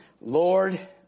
Lord